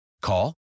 Call